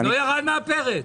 לא ירד מהפרק.